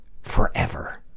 forever